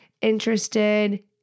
interested